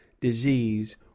disease